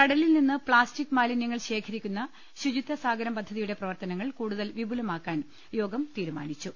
കടലിൽനിന്ന് plastic മാലിന്യങ്ങൾ ശേഖരിക്കുന്ന ശുചിത്വ സാഗരം പദ്ധതി യുടെ പ്രവർത്തനങ്ങൾ കൂടുതൽ വിപുലമാക്കാൻ യോഗം തീരുമാനിച്ചു